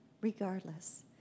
regardless